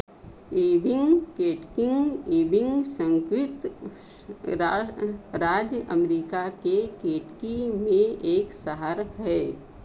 इबिंग Kentucky Ewing संयुक्त राज राज्य अमरीका के केटकी में एक शहर है